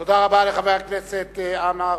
תודה רבה לחבר הכנסת עמאר.